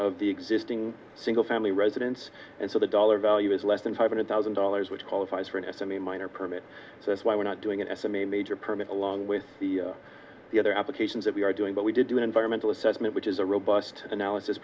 of the existing single family residence and so the dollar value is less than five hundred thousand dollars which qualifies for in a semi minor permit so that's why we're not doing it as a major permit along with the the other applications that we are doing but we did do an environmental assessment which is a robust analysis